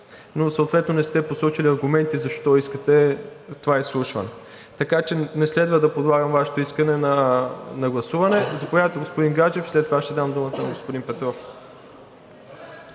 но съответно не сте посочили аргументи защо искате това изслушване. Така че не следва да подлагам Вашето искане на гласуване. Заповядайте, господин Гаджев, след това ще дам думата на господин Петров.